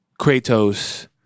Kratos